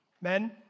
Men